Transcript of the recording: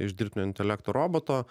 iš dirbtinio intelekto roboto